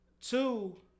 Two